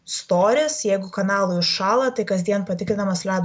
storis jeigu kanalai užšąla tai kasdien patikrinamas ledo